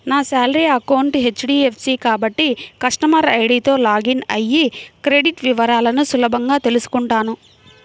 నా salary account HDFC కాబట్టి customer ఐడీతో లాగిన్ అయ్యి క్రెడిట్ వివరాలను సులభంగా తెల్సుకుంటాను